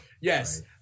yes